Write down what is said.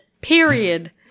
period